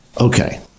Okay